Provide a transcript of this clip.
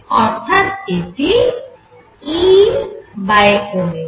অর্থাৎ এটি E